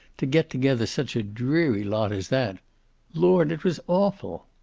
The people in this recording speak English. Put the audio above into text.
to get together such a dreary lot as that lord, it was awful.